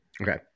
Okay